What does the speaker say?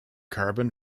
carbon